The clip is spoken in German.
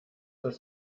das